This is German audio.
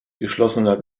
geschlossener